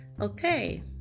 Okay